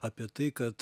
apie tai kad